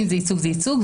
אם זה ייצוג בייצוג,